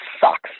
sucks